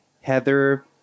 Heather